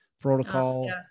protocol